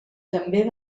també